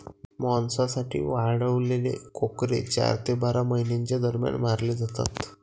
मांसासाठी वाढवलेले कोकरे चार ते बारा महिन्यांच्या दरम्यान मारले जातात